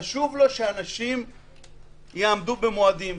חשוב לו שאנשים יעמדו במועדים.